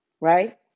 right